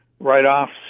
Write-offs